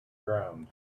ground